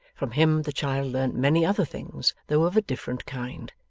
from him the child learnt many other things, though of a different kind.